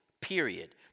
period